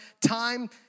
time